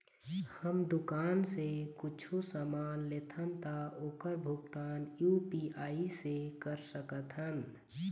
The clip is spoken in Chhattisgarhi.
हमन दुकान से कुछू समान लेथन ता ओकर भुगतान यू.पी.आई से कर सकथन?